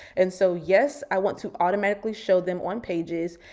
and so, yes, i want to automatically show them on pages.